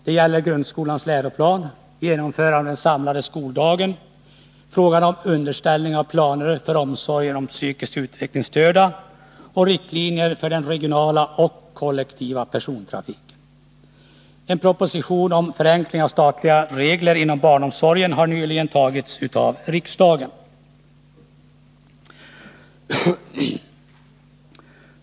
Det gäller grundskolans läroplan, genomförandet av den samlade skoldagen, frågan om underställning av planer för omsorgen om psykiskt utvecklingsstörda och riktlinjer för den regionala och kollektiva persontrafiken. En proposition om förenkling av statliga regler inom barnomsorgen har nyligen antagits av riksdagen.